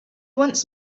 wants